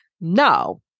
No